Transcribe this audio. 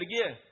again